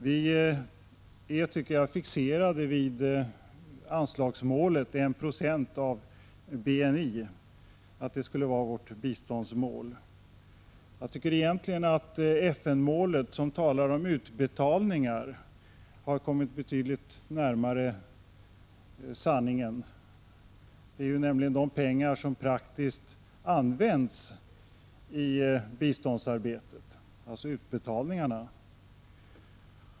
Vi är fixerade vid att 1 20 av BNI skulle vara vårt biståndsmål. Jag tycker egentligen att FN-målet, som talar om utbetalningar, har kommit betydligt närmare sanningen. Det gäller nämligen de pengar som praktiskt används i biståndsarbetet, alltså utbetalningarna.